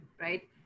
right